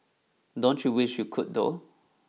don't you wish you could though